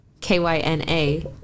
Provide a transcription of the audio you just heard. k-y-n-a